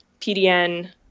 PDN